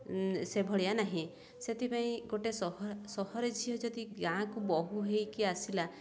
ସେଭଳିଆ ନାହିଁ ସେଥିପାଇଁ ଗୋଟେ ସହର ଝିଅ ଯଦି ଗାଁକୁ ବୋହୂ ହେଇକି ଆସିଲା